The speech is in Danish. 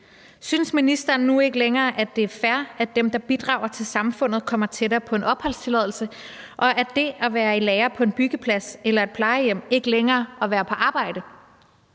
synes ministeren nu ikke længere, at det er fair, at dem, der bidrager til samfundet, kommer tættere på en opholdstilladelse, og er det at være i lære på en byggeplads eller et plejehjem ikke længere at være på arbejde?